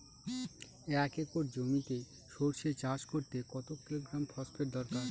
এক একর জমিতে সরষে চাষ করতে কত কিলোগ্রাম ফসফেট দরকার?